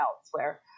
elsewhere